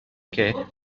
que